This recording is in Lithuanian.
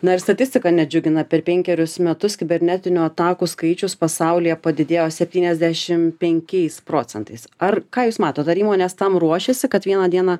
na ir statistika nedžiugina per penkerius metus kibernetinių atakų skaičius pasaulyje padidėjo septyniasdešimt penkiais procentais ar ką jūs matot ar įmonės tam ruošėsi kad vieną dieną